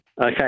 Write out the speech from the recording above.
Okay